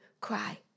cry